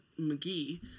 McGee